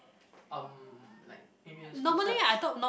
um like maybe when school starts